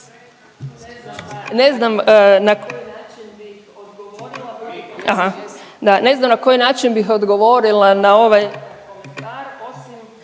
Ne znam na koji način bih odgovorila na ovaj komentar osim